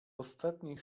ostatnich